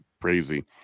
crazy